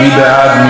מי נגד?